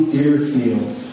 Deerfield